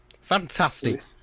Fantastic